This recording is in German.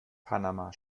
panama